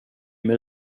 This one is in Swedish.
med